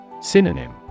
Synonym